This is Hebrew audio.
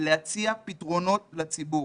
להציע פתרונות לציבור.